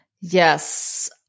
Yes